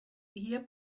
hier